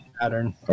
Pattern